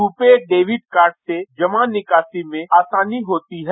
RuPay debit card से जमा निकासी में आसानी होती है